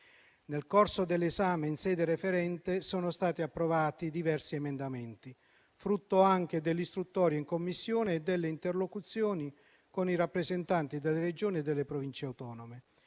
Nel corso dell'esame in sede referente sono stati approvati diversi emendamenti, frutto anche dell'istruttoria in Commissione e delle interlocuzioni con i rappresentanti delle Regioni e delle Province autonome.